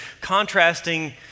contrasting